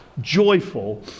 joyful